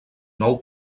nou